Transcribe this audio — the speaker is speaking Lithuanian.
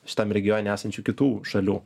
šitam regione esančių kitų šalių